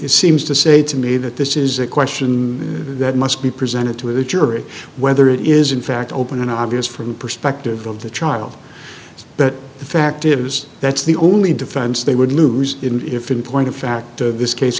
simply seems to say to me that this is a question that must be presented to the jury whether it is in fact open and obvious from the perspective of the trial but the fact is that's the only defense they would lose in if in point of fact this case